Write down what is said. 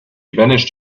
vanished